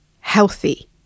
healthy